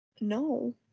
no